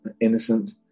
innocent